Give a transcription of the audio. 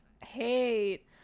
hate